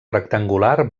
rectangular